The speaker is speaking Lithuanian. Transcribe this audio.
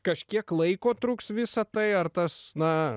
kažkiek laiko truks visa tai ar tas na